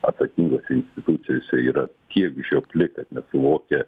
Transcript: atsakingose institucijose yra tiek žiopli kad nesuvokia